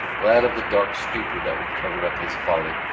glad of the dark stupor that would cover up his folly.